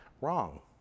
Wrong